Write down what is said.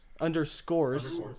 Underscores